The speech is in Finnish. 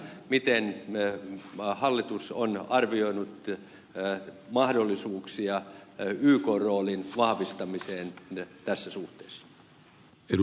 miten hallitus on arvioinut mahdollisuuksia ykn roolin vahvistamiseen tässä suhteessa